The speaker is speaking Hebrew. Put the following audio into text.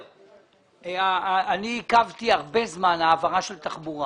אני עיכבתי הרבה זמן העברה של תחבורה